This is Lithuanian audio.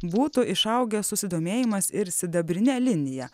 būtų išaugęs susidomėjimas ir sidabrine linija